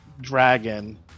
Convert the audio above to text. dragon